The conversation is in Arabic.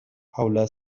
حول